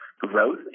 growth